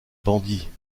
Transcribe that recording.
bandit